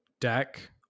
deck